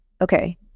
Okay